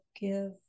give